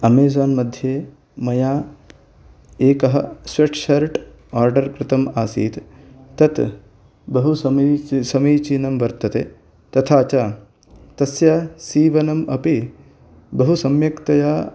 Amazon मध्ये मया एकः स्वेट् शार्ट् आर्डर् कृतम् आसीत् तत् बहु समीच् समीचीनं वर्तते तथा च तस्य सीवनम् अपि बहु सम्यक् तया